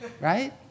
right